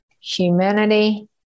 humanity